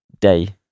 day